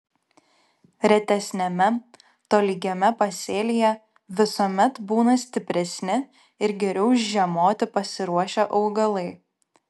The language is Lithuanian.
retesniame tolygiame pasėlyje visuomet būna stipresni ir geriau žiemoti pasiruošę augalai